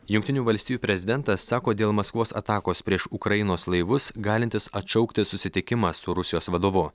jungtinių valstijų prezidentas sako dėl maskvos atakos prieš ukrainos laivus galintis atšaukti susitikimą su rusijos vadovu